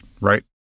right